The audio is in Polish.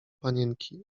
panienki